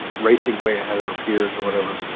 racing way ahead of her peers or whatever.